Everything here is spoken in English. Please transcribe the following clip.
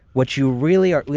what you really. ah you